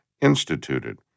instituted